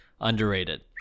Underrated